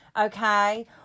Okay